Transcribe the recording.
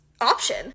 option